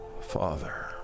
Father